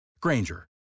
Granger